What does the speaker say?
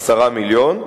10 המיליון,